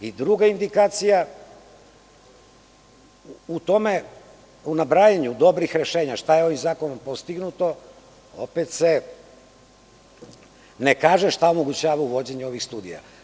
I druga indikacija u nabrajanju dobrih rešenja, šta je ovim zakonom postignuto, opet se ne kaže šta omogućava uvođenje ovih studija.